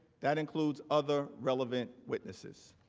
that includes other relevant witnesses.